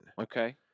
okay